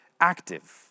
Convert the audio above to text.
active